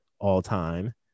all-time